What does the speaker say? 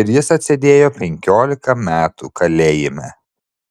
ir jis atsėdėjo penkiolika metų kalėjime